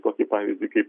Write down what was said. tokį pavyzdį kaip